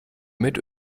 mit